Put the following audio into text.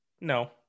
no